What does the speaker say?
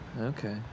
okay